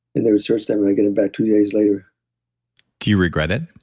they would search them and i'd get them back two days later do you regret it?